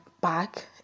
back